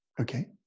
Okay